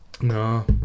No